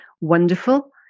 wonderful